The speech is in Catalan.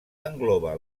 engloba